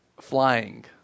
Flying